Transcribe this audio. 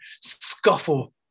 scuffle